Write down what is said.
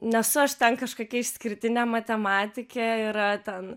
nesu aš ten kažkokia išskirtinė matematikė yra ten